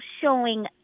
showing